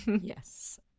Yes